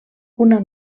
una